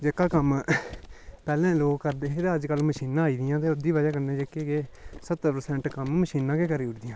जेह्का कम्म पैह्ले लोक करदे हे ते अज्जकल मशीनां आई दियां ते ओह्दी बजह् कन्नै जेह्के के सत्तर प्रसैंट कम्म मशीनां गै करी उड़दियां